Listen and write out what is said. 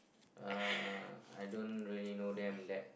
uh I don't really know them that